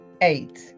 eight